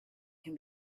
can